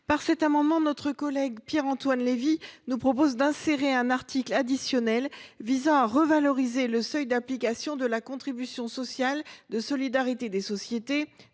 Par cet amendement, notre collègue Pierre Antoine Levi nous propose d’insérer un article additionnel visant à revaloriser le seuil d’application de la contribution sociale de solidarité des sociétés